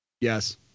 Yes